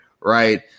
right